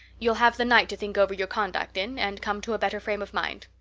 you'll have the night to think over your conduct in and come to a better frame of mind.